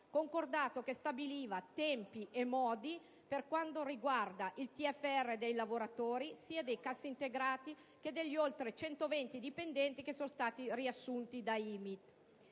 che stabiliva tempi e modi per quanto riguarda il TFR dei lavoratori, sia dei cassaintegrati che degli oltre 120 dipendenti riassunti da Imit.